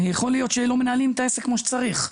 יכול להיות שלא מנהלים את העסק כמו שצריך.